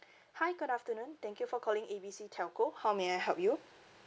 hi good afternoon thank you for calling A B C telco how may I help you